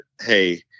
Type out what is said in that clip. Hey